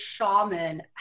shaman